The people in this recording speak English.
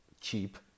cheap